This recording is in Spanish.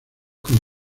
con